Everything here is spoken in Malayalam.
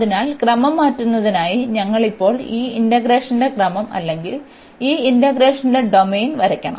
അതിനാൽ ക്രമം മാറ്റുന്നതിനായി ഞങ്ങൾ ഇപ്പോൾ ഈ ഇന്റഗ്രേഷന്റെ ക്രമം അല്ലെങ്കിൽ ഈ ഇന്റഗ്രേഷന്റെ ഡൊമെയ്ൻ വരയ്ക്കണം